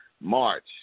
March